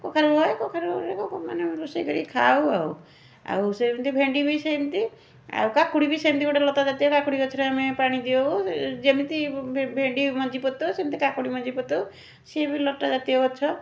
କଖାରୁ ହୁଏ କଖାରୁ ମାନେ ରୋଷେଇ କରିକି ଖାଉ ଆଉ ଆଉ ସେମତି ଭେଣ୍ଡି ବି ସେମତି ଆଉ କାକୁଡ଼ି ବି ସେମତି ଗୋଟେ ଲତା ଜାତୀୟ କାକୁଡ଼ି ଗଛରେ ଆମେ ପାଣି ଦିଅଉ ଯେମିତି ଭେ ଭେଣ୍ଡି ମଞ୍ଜି ପୋତଉ ସେମତି କାକୁଡ଼ି ମଞ୍ଜି ପୋତଉ ସିଏ ବି ଲଟା ଜାତୀୟ ଗଛ